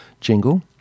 jingle